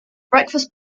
breakfast